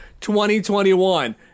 2021